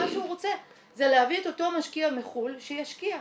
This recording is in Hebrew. מה שהוא רוצה זה להביא את אותו משקיע מחו"ל שישקיע.